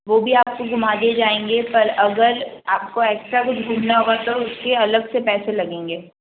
वह भी आपको घूमा दिए जाएंगे पर अगर आपको एक्स्ट्रा कुछ घूमना होगा तो उसके अलग से पैसे लगेंगे